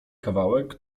kawałek